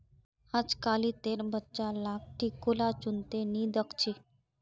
अजकालितेर बच्चा लाक टिकोला चुन त नी दख छि